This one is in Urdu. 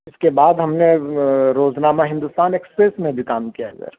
اِس کے بعد ہم نے روزنامہ ہندوستان ایکسپریس میں بھی کام کیا ہے سر